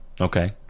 okay